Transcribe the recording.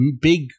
big